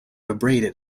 abraded